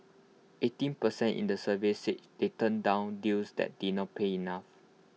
eighteen per cent in the survey said they've turned down deals that did not pay enough